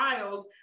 wild